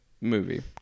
movie